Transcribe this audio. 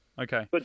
Okay